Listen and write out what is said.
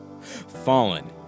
Fallen